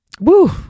Woo